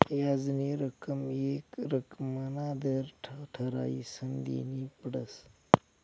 याजनी रक्कम येक रक्कमना दर ठरायीसन देनी पडस